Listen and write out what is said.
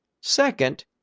Second